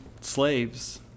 slaves